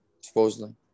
supposedly